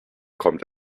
kommt